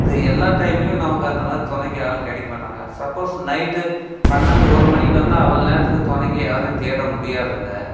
இது எல்லா டைம்லேயும் நமக்கு அந்தமாதிரி துணைக்கு ஆள் கிடைக்க மாட்டாங்க சப்போஸ் நைட்டு பன்னெண்டு ஒரு மணிக்கு வந்தால் அவ்வளோ நேரத்துக்கு துணைக்கு யாரையும் தேட முடியாதுங்க